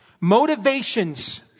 Motivations